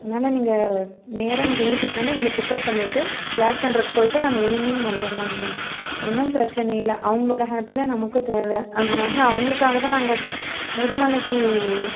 அதனால் நீங்கள் நேராக இங்கே ஊட்டிக்கும் வந்து எங்களை பிக்கப் பண்ணிகிட்டு ப்ளாக் தண்டருக்கும் போய்ட்டு நம்ம ஈவினிங் வந்துர்லாங்கண்ணா ஒன்றும் பிரச்சனையில்லை அவங்களோட ஹாப்பி தான் நமக்கு தேவை அதனால அவங்களுக்காகதான் நாங்கள் முதுமலைக்கு